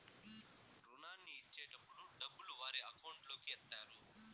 రుణాన్ని ఇచ్చేటటప్పుడు డబ్బులు వారి అకౌంట్ లోకి ఎత్తారు